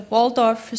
Waldorf